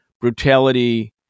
brutality